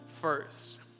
first